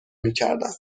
میکردند